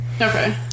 okay